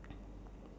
ya